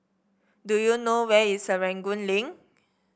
do you know where is Serangoon Link